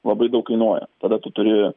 labai daug kainuoja tada tu turi